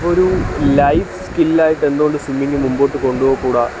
അപ്പോൾ ഒരു ലൈഫ് സ്കില്ലായിട്ട് എന്തു കൊണ്ട് സ്വിമ്മിങ്ങ് മുമ്പോട്ട് കൊണ്ടു പൊയ്ക്കൂട